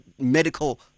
medical